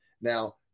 Now